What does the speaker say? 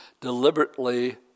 deliberately